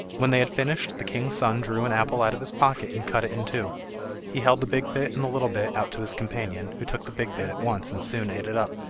when they had finished the king's son drew an apple out of his pocket and cut it in two he held the big bit and the little bit out to his companion, who took the big bit at once and soon ate it up.